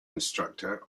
instructor